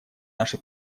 наши